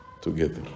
together